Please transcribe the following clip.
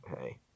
hey